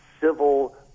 civil